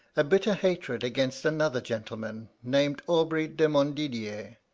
a bitter hatred against another gentleman, named aubry de montdidier,